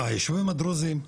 הישובים הדרוזים,